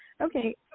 Okay